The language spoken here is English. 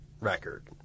record